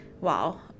Wow